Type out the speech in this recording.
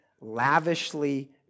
lavishly